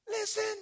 Listen